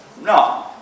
No